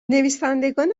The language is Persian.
نویسندگان